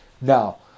Now